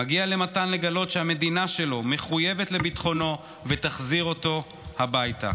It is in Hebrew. מגיע למתן לגלות שהמדינה שלו מחויבת לביטחונו ותחזיר אותו הביתה,